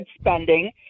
spending